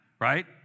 Right